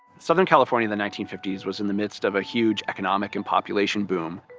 southern california the nineteen fifty s was in the midst of a huge economic and population boom.